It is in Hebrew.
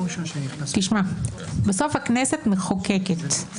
בסוף הכנסת מחוקקת.